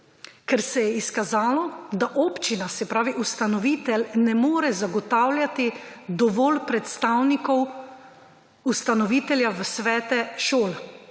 ker se je izkazalo, da občina se pravi ustanovitelj ne more zagotavljati dovolj predstavnikov ustanovitelja v svete šol.